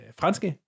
franske